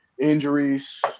injuries